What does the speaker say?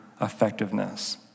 effectiveness